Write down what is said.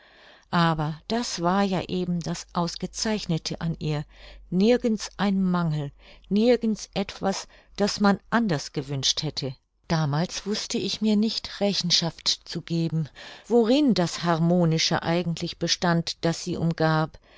aber das war ja eben das ausgezeichnete an ihr nirgends ein mangel nirgends etwas das man anders gewünscht hätte damals wußte ich mir nicht rechenschaft zu geben worin das harmonische eigentlich bestand das sie umgab